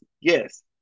Yes